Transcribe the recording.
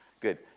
Good